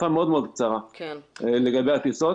תקופה מאוד קצרה לגבי הטיסות.